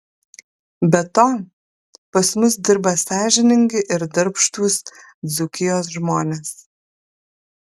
be to pas mus dirba sąžiningi ir darbštūs dzūkijos žmonės